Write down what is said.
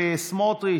בצלאל סמוטריץ',